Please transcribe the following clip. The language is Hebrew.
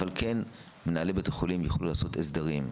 אבל כן, מנהלי בתי חולים יוכלו לעשות הסדרים.